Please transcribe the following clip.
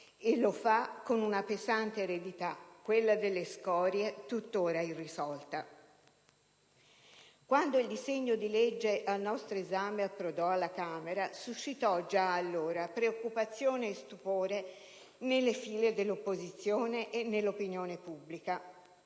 e lo fa con una pesante eredità, quella delle scorie, tuttora irrisolta. Quando questo disegno di legge approdò alla Camera dei deputati suscitò già allora preoccupazione e stupore nelle file dell'opposizione e nell'opinione pubblica